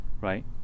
right